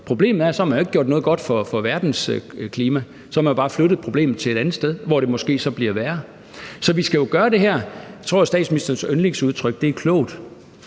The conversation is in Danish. Problemet er, at man så ikke har gjort noget godt for verdens klima, for så har man jo bare flyttet problemet til et andet sted, hvor det måske så bliver værre. Så vi skal jo gøre det her klogt – jeg tror, det er statsministerens yndlingsudtryk. Det